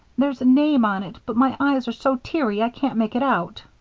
there's a name on it but my eyes are so teary i can't make it out.